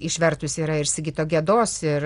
išvertus yra ir sigito gedos ir